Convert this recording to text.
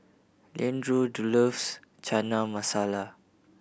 Leandro loves Chana Masala